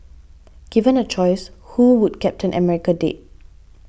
given a choice who would Captain America date